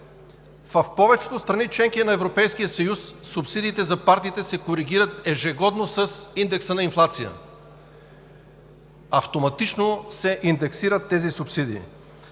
в повечето страни – членки на Европейския съюз, субсидиите за партиите се коригират ежегодно с индекса на инфлация – автоматично се индексират тези субсидии.